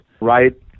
right